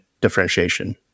differentiation